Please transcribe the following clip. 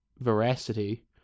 veracity